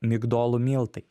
migdolų miltai